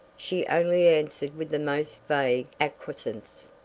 she only answered with the most vague acquiescence.